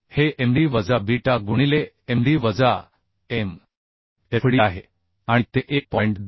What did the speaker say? हे Md वजा beta गुणिले Md वजा M Fd आहे आणि ते 1